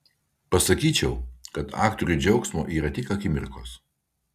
pasakyčiau kad aktoriui džiaugsmo yra tik akimirkos